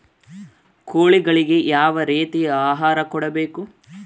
ಕೋಳಿಗಳಿಗೆ ಯಾವ ರೇತಿಯ ಆಹಾರ ಕೊಡಬೇಕು?